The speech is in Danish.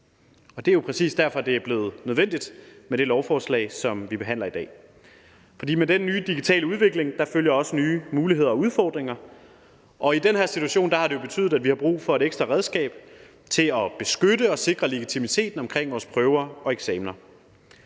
Og det er jo præcis derfor, det er blevet nødvendigt med det lovforslag, som vi behandler i dag, for med den nye digitale udvikling følger også nye muligheder og udfordringer. I den her situation har det jo betydet, at vi har brug for et ekstra redskab til at beskytte og sikre legitimiteten omkring vores prøver og eksamener.